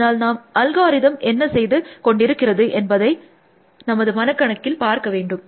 அதனால் நாம் அல்காரிதம் என்ன செய்து கொண்டிருக்கிறது என்பதை நாம் நமது மனக்கண்ணில் பார்க்க வேண்டும்